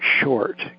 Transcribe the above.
short